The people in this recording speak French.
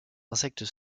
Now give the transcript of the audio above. insectes